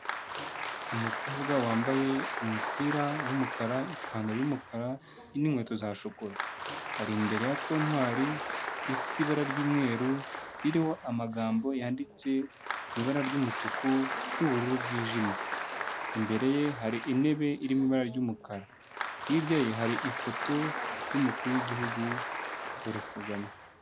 Umukobwa wambaye umupira w'umukara, ipantaro y'umukara n'inkweto za shokora, ari imbere ya kontwari ifite ibara ry'umweru ririho amagambo yanditse mu ibara ry'umutuku n'ubururu bwijimye, imbere ye hari intebe irimo ibara ry'umukara, hirya ye hari ifoto y'umukuru w'igihugu Paul Kagame.